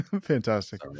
Fantastic